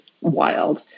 wild